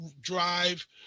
drive